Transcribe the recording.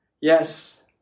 Yes